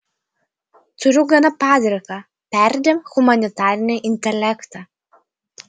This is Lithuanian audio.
turiu gana padriką perdėm humanitarinį intelektą